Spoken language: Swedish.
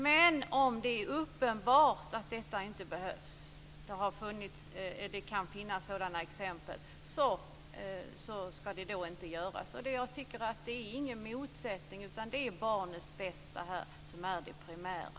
Men om det är uppenbart att det inte behövs - det kan finnas sådana exempel - ska inte utredare utses. Jag tycker inte att detta är någon motsättning, utan här är det barnets bästa som är det primära.